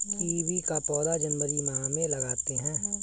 kiwi का पौधा जनवरी माह में लगाते हैं